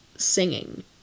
Singing